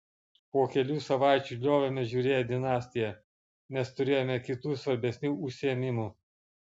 po kelių savaičių liovėmės žiūrėję dinastiją nes turėjome kitų svarbesnių užsiėmimų